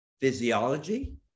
physiology